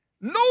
No